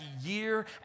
year